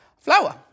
flour